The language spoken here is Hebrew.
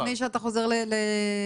לפני שאתה חוזר לאלי,